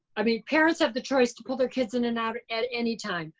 i mean, parents have the choice to pull their kids in and out at any time,